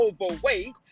overweight